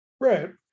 Right